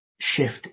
shift